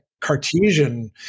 Cartesian